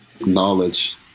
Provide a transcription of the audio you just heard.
knowledge